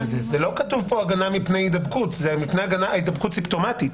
ולא הגנה מפני הידבקות אלא מפני הידבקות סימפטומטית,